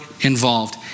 involved